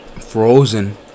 frozen